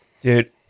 Dude